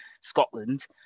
Scotland